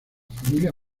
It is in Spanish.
familia